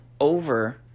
over